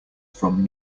from